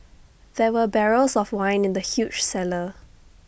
there were barrels of wine in the huge cellar